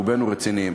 ורובנו רציניים.